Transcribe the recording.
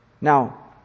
Now